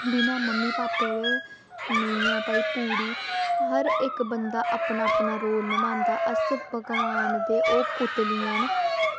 बिना मम्मी भापै दे भई नेईं ऐ पूरी हर इक्क बंदा अपना अपना रोल नभांदा बस अस भगवान दे ओह् पुतलियां न